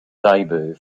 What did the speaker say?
debut